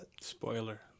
Spoiler